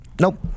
Nope